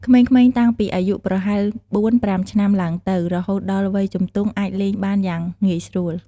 ក្មេងៗតាំងពីអាយុប្រហែល ៤-៥ ឆ្នាំឡើងទៅ រហូតដល់វ័យជំទង់អាចលេងបានយ៉ាងងាយស្រួល។